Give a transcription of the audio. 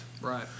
Right